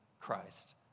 Christ